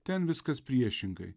ten viskas priešingai